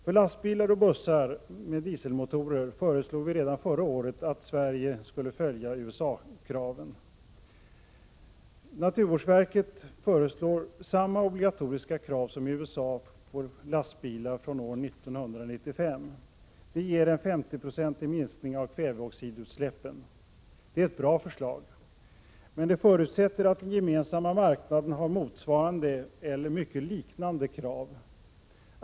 För lastbilar och bussar med dieselmotorer föreslog vi redan förra året att Sverige skulle följa USA-kraven. Naturvårdsverket föreslår samma obligatoriska krav som i USA på lastbilar från år 1995. Det ger en 50-procentig minskning av kväveoxidutsläppen. Det är ett bra förslag. Men det förutsätter att den gemensamma marknaden har motsvarande eller mycket liknande krav.